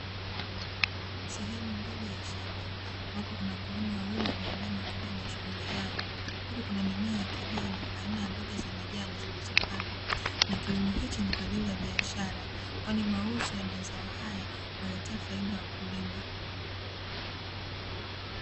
Sehemu ndogo ya shamba, ambapo kuna wakulima wawili walioinama wakiendelea na shughuli yao, huku kuna mimea ya kijani aina ya mboga za majani zilizopandwa, na kilimo hichi ni kwa ajili ya biashara, kwani mauzo ya mazao haya huwaletea faida wakulima.